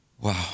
Wow